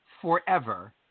forever